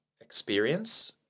experience